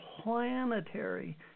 planetary